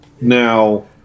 Now